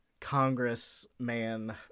Congressman